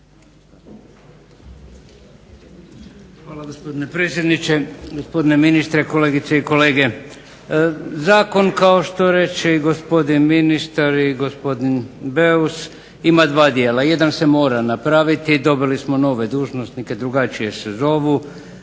Hvala gospodine predsjedniče, gospodine ministre, kolegice i kolege. Zakon kao što reče i gospodin ministar i gospodin Beus ima dva dijela. Jedan se mora napraviti, dobili smo nove dužnosnike, drugačije se zovu,